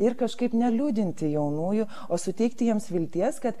ir kažkaip neliūdinti jaunųjų o suteikti jiems vilties kad